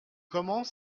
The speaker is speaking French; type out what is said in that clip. comment